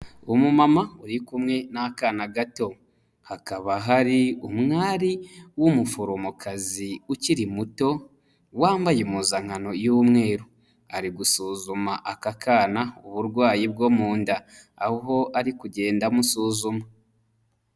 Umumama uri kumwe n'akana gato, hakaba hari umwari w'umuforomokazi ukiri muto, wambaye impuzankano y'umweru, ari gusuzuma aka kana uburwayi bwo mu nda, aho ari kugenda amusuzumwa.